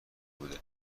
بوده